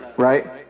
Right